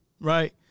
right